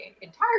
entire